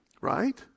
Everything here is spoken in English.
Right